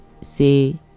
say